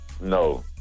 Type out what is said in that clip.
No